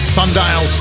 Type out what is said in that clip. Sundial